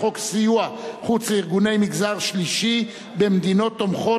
חוק סיוע חוץ לארגוני מגזר שלישי במדינות תומכות,